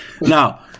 Now